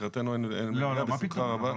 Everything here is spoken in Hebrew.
מבחינתנו, בשמחה רבה.